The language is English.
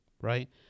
right